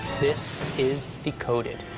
this is decoded.